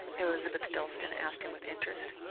elizabeth dalstan asked him with interest.